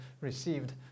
received